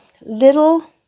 little